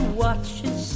watches